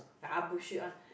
ah bullshit one